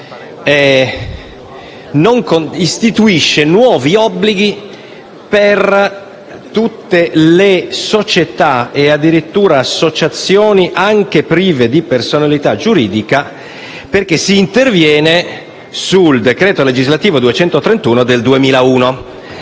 2 istituisce nuovi obblighi per tutte le società e addirittura associazioni, anche prive di personalità giuridica, intervenendo sul decreto legislativo 8 giugno 2001,